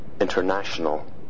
international